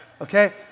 Okay